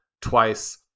twice